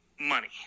money